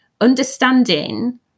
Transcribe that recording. Understanding